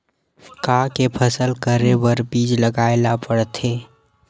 का के फसल करे बर बीज लगाए ला पड़थे?